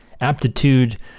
Aptitude